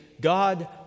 God